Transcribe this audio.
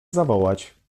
zawołać